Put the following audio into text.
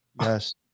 Yes